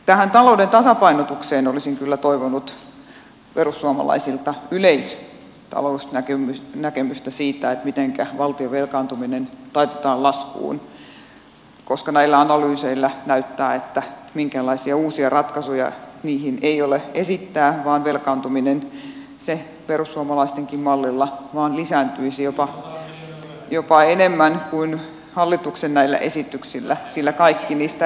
tähän talouden tasapainotukseen olisin kyllä toivonut perussuomalaisilta yleistalousnäkemystä siitä mitenkä valtion velkaantuminen taitetaan laskuun koska näillä analyyseillä näyttää siltä että minkäänlaisia uusia ratkaisuja niihin ei ole esittää vaan velkaantuminen perussuomalaistenkin mallilla vain lisääntyisi jopa enemmän kuin näillä hallituksen esityksillä sillä kaikki ne esitykset